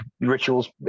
rituals